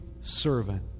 servant